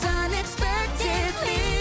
unexpectedly